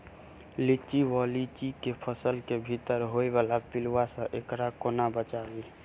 लिच्ची वा लीची केँ फल केँ भीतर होइ वला पिलुआ सऽ एकरा कोना बचाबी?